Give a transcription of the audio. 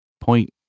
point